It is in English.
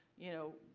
you know,